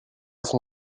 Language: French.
son